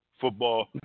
football